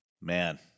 Man